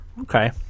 Okay